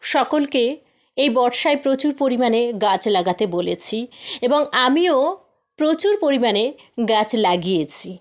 সকলকে এই বর্ষায় প্রচুর পরিমাণে গাছ লাগাতে বলেছি এবং আমিও প্রচুর পরিমাণে গাছ লাগিয়েছি